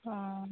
ହଁ